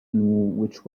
which